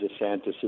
DeSantis